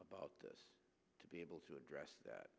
about this to be able to address that